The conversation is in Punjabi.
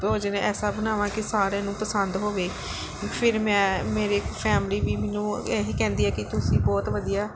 ਭੋਜਨ ਐਸਾ ਬਣਾਵਾਂ ਕਿ ਸਾਰਿਆਂ ਨੂੰ ਪਸੰਦ ਹੋਵੇ ਫਿਰ ਮੈਂ ਮੇਰੀ ਫੈਮਲੀ ਵੀ ਮੈਨੂੰ ਇਹੀ ਕਹਿੰਦੀ ਹੈ ਕਿ ਤੁਸੀਂ ਬਹੁਤ ਵਧੀਆ